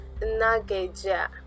Nageja